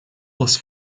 was